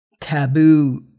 taboo